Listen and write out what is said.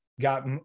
Got